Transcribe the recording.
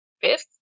Fifth